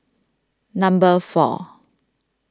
number four